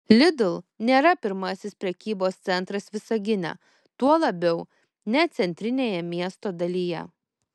lidl nėra pirmasis prekybos centras visagine tuo labiau ne centrinėje miesto dalyje